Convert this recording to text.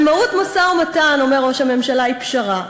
הרי מהות משא-ומתן, אומר ראש הממשלה, היא פשרה.